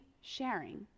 sharing